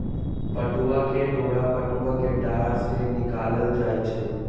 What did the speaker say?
पटूआ के डोरा पटूआ कें डार से निकालल जाइ छइ